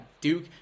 Duke